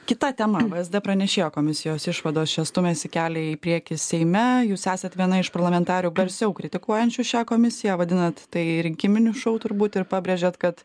kita tema vsd pranešėjo komisijos išvados čia stumiasi kelią į priekį seime jūs esat viena iš parlamentarių garsiau kritikuojančių šią komisiją vadinat tai rinkiminiu šou turbūt ir pabrėžėt kad